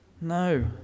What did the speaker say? No